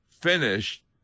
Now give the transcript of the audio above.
finished